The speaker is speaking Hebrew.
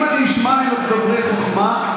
אם אני אשמע ממך דברי חוכמה,